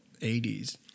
80s